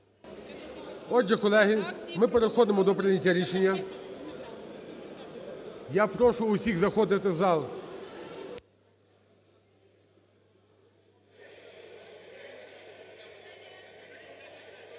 Отже, колеги, ми переходимо до прийняття рішення. Я прошу всіх заходити в зал.